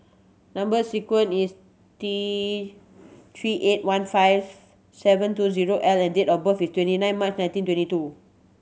number sequence is T Three eight one five seven two zero L and date of birth is twenty nine March nineteen twenty two